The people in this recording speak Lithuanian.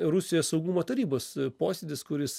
rusijos saugumo tarybos posėdis kuris